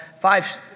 five